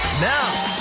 now,